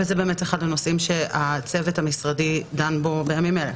אבל זה אחד הנושאים שהצוות המשרדי דן בו בימים אלה.